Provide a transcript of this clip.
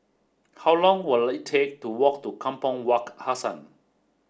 how long will it take to walk to Kampong Wak Hassan